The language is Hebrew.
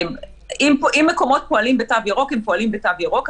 אם מקומות פועלים בתו ירוק הם פועלים בתו ירוק.